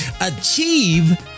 Achieve